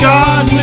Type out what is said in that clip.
God